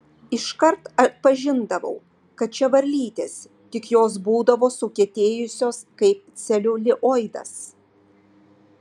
iškart atpažindavau kad čia varlytės tik jos būdavo sukietėjusios kaip celiulioidas